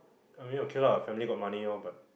I mean okay lah family got money loh but